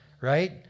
right